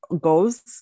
goes